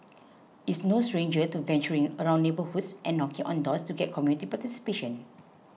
is no stranger to venturing around neighbourhoods and knocking on doors to get community participation